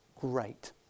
great